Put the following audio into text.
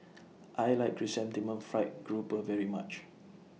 I like Chrysanthemum Fried Garoupa very much